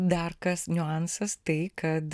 dar kas niuansas tai kad